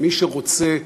שמי שרוצה,